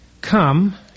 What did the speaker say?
Come